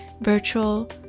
virtual